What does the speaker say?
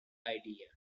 idea